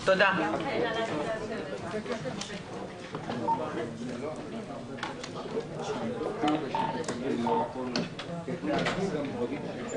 (הישיבה נפסקה בשעה 12:00 ונתחדשה בשעה 12:10.)